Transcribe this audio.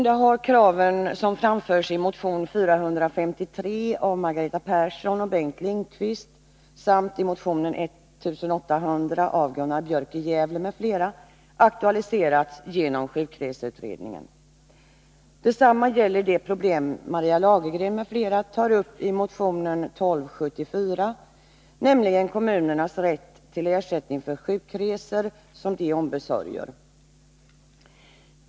De krav som framförs i motion 453 av Margareta Persson och Bengt Lindqvist samt i motion 1800 av Gunnar Björk i Gävle m.fl. har aktualiserats genom sjukreseutredningen. Detsamma gäller de problem som Maria Lagergren m.fl. tar upp i motion 1274, nämligen kommunernas rätt till ersättning för sjukresor som de ombesörjer.